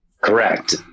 Correct